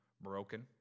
broken